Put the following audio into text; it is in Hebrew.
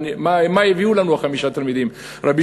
מה הביאו לנו חמישה תלמידים אלה: רבי